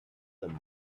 them